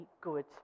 good